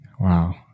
Wow